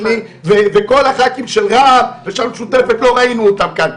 וכל הח"כים של רע"מ ושל המשותפת לא ראינו אותם כאן.